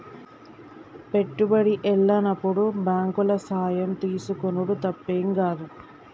పెట్టుబడి ఎల్లనప్పుడు బాంకుల సాయం తీసుకునుడు తప్పేం గాదు